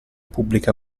pubblica